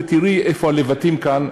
ותראי איפה הלבטים כאן,